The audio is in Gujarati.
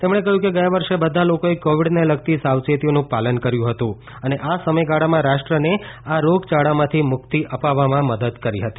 તેમણે કહ્યું કે ગયા વર્ષે બધા લોકોએ કોવિડને લગતી સાવચેતીઓનું પાલન કર્યુ હતું અને આ સમયગાળામાં રાષ્ટ્રને આ રોગયાળામાંથી મુક્તિ અપાવવામાં મદદ કરી હતી